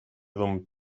don